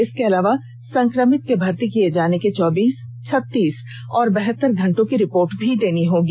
इसके अलावा संक्रमित के भर्ती किए जाने के चौबीस छत्तीस और बहत्तर घंटे की रिपोर्ट भी देनी होगी